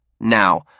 Now